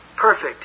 perfect